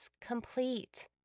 complete